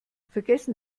vergessen